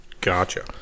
Gotcha